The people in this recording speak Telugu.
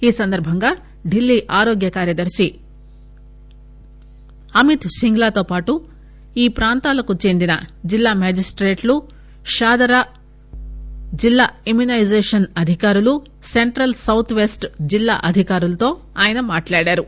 ఈ సందర్భంగా ఢిల్లీ ఆరోగ్య కార్యదర్శి అమిత్ సింగ్లా తోపాటు ఈ ప్రాంతాలకు చెందిన జిల్లా మెజిస్టేట్లు షాదార జిల్లా ఇమ్యుపైజేషన్ అధికారులు సెంట్రల్ సౌత్ పెస్ట్ జిల్లా అధికారులతో ఆయన మాట్లాడారు